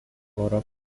oro